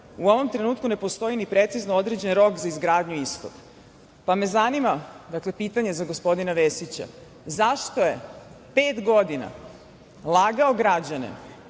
u ovom trenutku ne postoji ni precizno određen rok za izgradnju istog. Pa me zanima, dakle, pitanje za gospodina Vesića, zašto je pet godina lagao građane